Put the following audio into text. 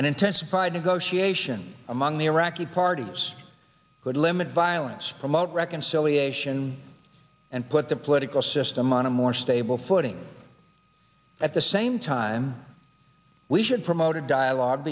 and intensified negotiations among the iraqi parties would limit violence promote reconciliation and put the political system on a more stable footing at the same time we should promote a dialogue